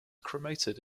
cremated